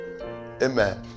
amen